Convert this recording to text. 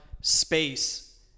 space